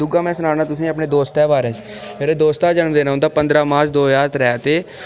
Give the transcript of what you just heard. दूआ में सनान्नां तुसें गी दोस्ते दे बारै ते मेरे दोस्ता जन्मदिन औंदा पंदरां दो ज्हार त्रैऽ ते